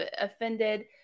offended